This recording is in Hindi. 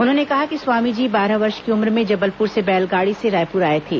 उन्होंने कहा कि स्वामी जी बारह वर्ष की उम्र में जबलपुर से बैलगाड़ी से रायपुर आए थे